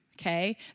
okay